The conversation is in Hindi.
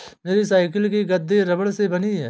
मेरी साइकिल की गद्दी रबड़ से बनी है